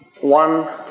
One